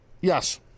Yes